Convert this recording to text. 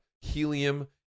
Helium